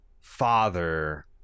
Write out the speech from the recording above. father